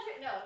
No